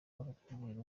bakakubwira